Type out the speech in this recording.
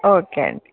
okay అండి